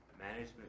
management